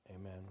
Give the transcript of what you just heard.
Amen